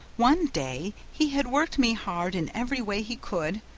one day he had worked me hard in every way he could,